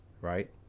right